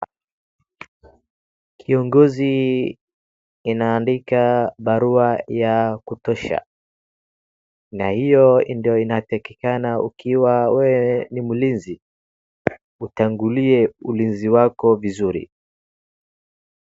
Kiongozi inaandika barua ya kutosha na hio do inatakikana ukiwa wewe ni mlinzi. Utangulie ulinzi wako vizuri.